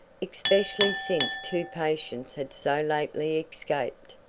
especially since two patients had so lately escaped.